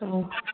ꯎꯝ